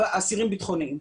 אסירים ביטחוניים.